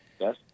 Yes